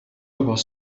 was